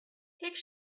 take